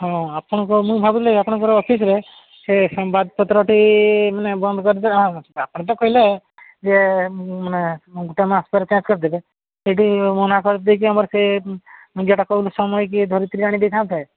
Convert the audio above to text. ହଁ ଆପଣଙ୍କ ମୁଁ ଭାବୁଥିଲି ଆପଣଙ୍କ ଅଫିସ୍ରେ ସେ ସମ୍ବାଦ ପତ୍ରଟି ମାନେ ବନ୍ଦ କରିଦେବା ଆପଣ ତ କହିଲେ ଯେ ମାନେ ଗୋଟିଏ ମାସ ପରେ ଚେଞ୍ଜ୍ କରିଦେବେ ସେଇଠି ମନା କରି ଦେଇକି ଆମର ସେ ଯେଉଁଟା କହୁଥିଲି ସମୟ କି ଧରିତ୍ରୀ ଆଣି ଦେଇଥାନ୍ତେ